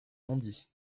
rendit